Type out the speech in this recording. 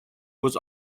was